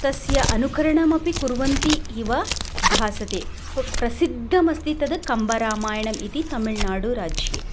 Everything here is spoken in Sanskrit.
तस्य अनुकरणमपि कुर्वन्ति इव भासते प् प्रसिद्धमस्ति तद् कम्बरामायणम् इति तमिळ्नाडुराज्ये